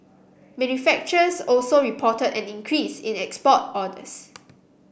manufacturers also reported an increase in export orders